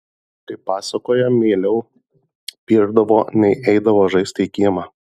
kaip pasakoja mieliau piešdavo nei eidavo žaisti į kiemą